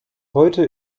heute